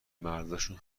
مرداشون